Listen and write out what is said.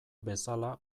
bezala